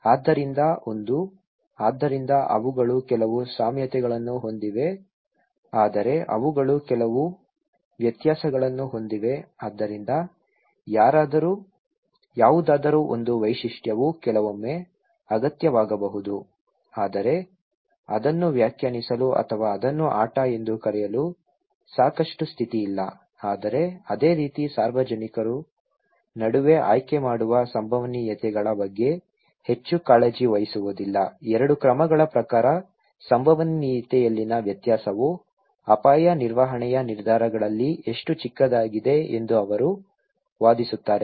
ಆದ್ದರಿಂದ ಒಂದು ಆದ್ದರಿಂದ ಅವುಗಳು ಕೆಲವು ಸಾಮ್ಯತೆಗಳನ್ನು ಹೊಂದಿವೆ ಆದರೆ ಅವುಗಳು ಕೆಲವು ವ್ಯತ್ಯಾಸಗಳನ್ನು ಹೊಂದಿವೆ ಆದ್ದರಿಂದ ಯಾವುದಾದರೂ ಒಂದು ವೈಶಿಷ್ಟ್ಯವು ಕೆಲವೊಮ್ಮೆ ಅಗತ್ಯವಾಗಬಹುದು ಆದರೆ ಅದನ್ನು ವ್ಯಾಖ್ಯಾನಿಸಲು ಅಥವಾ ಅದನ್ನು ಆಟ ಎಂದು ಕರೆಯಲು ಸಾಕಷ್ಟು ಸ್ಥಿತಿಯಿಲ್ಲ ಆದರೆ ಅದೇ ರೀತಿ ಸಾರ್ವಜನಿಕರು ನಡುವೆ ಆಯ್ಕೆ ಮಾಡುವ ಸಂಭವನೀಯತೆಗಳ ಬಗ್ಗೆ ಹೆಚ್ಚು ಕಾಳಜಿ ವಹಿಸುವುದಿಲ್ಲ ಎರಡು ಕ್ರಮಗಳ ಪ್ರಕಾರ ಸಂಭವನೀಯತೆಯಲ್ಲಿನ ವ್ಯತ್ಯಾಸವು ಅಪಾಯ ನಿರ್ವಹಣೆಯ ನಿರ್ಧಾರಗಳಲ್ಲಿ ಎಷ್ಟು ಚಿಕ್ಕದಾಗಿದೆ ಎಂದು ಅವರು ವಾದಿಸುತ್ತಾರೆ